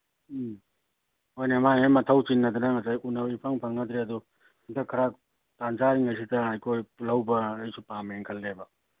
ꯎꯝ ꯍꯣꯏꯅꯦ ꯃꯥꯏ ꯃꯥꯏ ꯃꯊꯧ ꯆꯤꯟꯅꯗꯅ ꯉꯁꯥꯏ ꯎꯅꯕꯁꯨ ꯏꯐꯪ ꯐꯪꯅꯗ꯭ꯔꯦ ꯑꯗꯨ ꯍꯟꯗꯛ ꯈꯔ ꯇꯥꯟ ꯆꯥꯔꯤꯉꯩꯁꯤꯗ ꯑꯩꯈꯣꯏ ꯄꯨꯜꯍꯧꯕ ꯑꯩꯁꯨ ꯄꯥꯝꯃꯦꯅ ꯈꯜꯂꯦꯕ